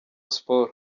sport